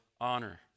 honor